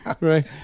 Right